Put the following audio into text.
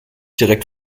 direkt